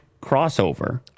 crossover